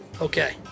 okay